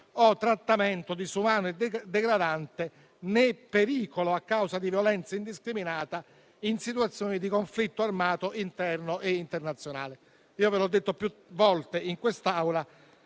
o trattamento disumano e degradante, né pericolo a causa di violenza indiscriminata in situazioni di conflitto armato interno e internazionale. Io ve l'ho detto più volte in quest'Aula